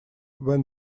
when